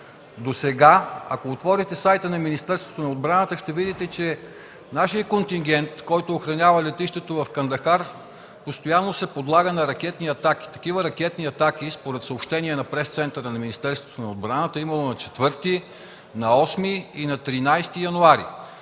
до сега, ако отворите сайта на Министерството на отбраната, ще видите, че нашият контингент, който охранява летището в Кандахар, постоянно се подлага на ракетни атаки. Такива ракетни атаки, според съобщения на Пресцентъра на Министерството на отбраната, е имало на 4, 8 и 13 януари.